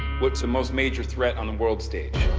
what's the most major threat on the world stage?